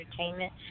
entertainment